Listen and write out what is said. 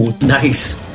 Nice